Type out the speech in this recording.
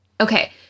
Okay